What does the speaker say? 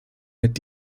mit